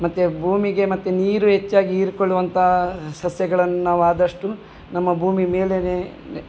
ಮತ್ತು ಭೂಮಿಗೆ ಮತ್ತು ನೀರು ಹೆಚ್ಚಾಗಿ ಹೀರ್ಕೊಳ್ಳುವಂಥ ಸಸ್ಯಗಳನ್ನಾ ಆದಷ್ಟು ನಮ್ಮ ಭೂಮಿ ಮೇಲೆಯೇ